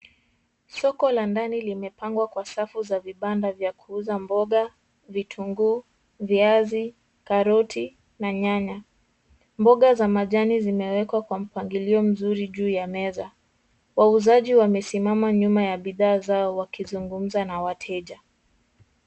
Soko la ndani limepangwa kwa safu za vibanda vya kuuza mboga, vitunguu, viazi, karoti na nyanya. Mboga za majani zimewekwa kwa mpangilio mzuri juu ya meza. Wauzaji wamesimama nyuma ya bidhaa zao wakizungumza na wateja.